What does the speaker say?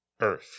Earth